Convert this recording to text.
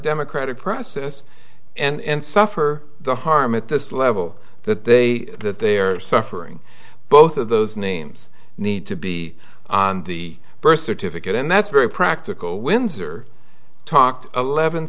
democratic process and suffer the harm at this level that they that their suffering both of those names need to be on the birth certificate and that's very practical windsor talked eleven